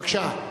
בבקשה.